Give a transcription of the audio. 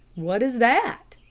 what is that?